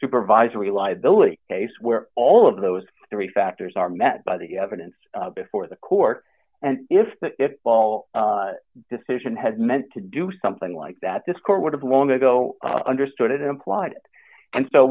supervisory liability case where all of those three factors are met by the evidence before the court and if the if all decision had meant to do something like that this court would have long ago understood it implied and so